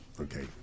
Okay